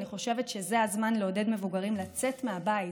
אני חושבת שזה הזמן לעודד מבוגרים לצאת מהבית,